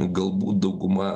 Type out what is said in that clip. galbūt dauguma